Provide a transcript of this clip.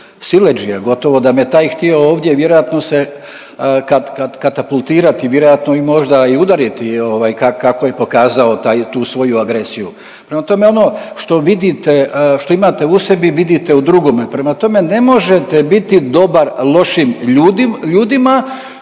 siledžija, gotovo da me taj htio ovdje vjerojatno se kat…, kat…, katapultirati, vjerojatno i možda i udariti ovaj ka…, kako je pokazao taj, tu svoju agresiju. Prema tome, ono što vidite, što imate u sebi vidite u drugome, prema tome ne možete biti dobar lošim ljudima